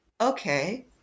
okay